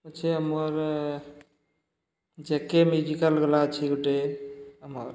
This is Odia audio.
ଅଛେ ଆମର୍ ଜେ କେ ମ୍ୟୁଜିକାଲ୍ ଗଲା ଅଛେ ଗୁଟେ ଆମର୍